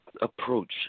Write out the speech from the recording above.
approach